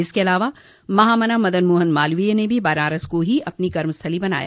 इनके अलावा महामना मदन मोहन मालवीय ने भी बनारस को ही अपनी कर्मस्थली बनाया